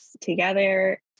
together